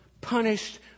punished